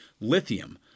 Lithium